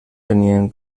tenien